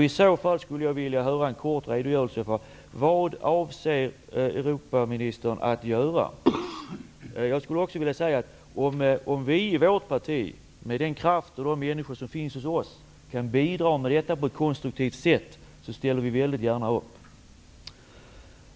I så fall skulle jag vilja höra en kort redogörelse om vad Europaministern avser att göra. Om vi i vårt parti med den kraft och de männsikor som finns hos oss på ett konstruktivt sätt kan kan bidra till att nå människor med information, ställer vi väldigt gärna upp.